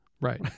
Right